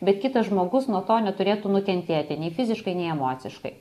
bet kitas žmogus nuo to neturėtų nukentėti nei fiziškai nei emociškai